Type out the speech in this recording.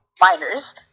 miners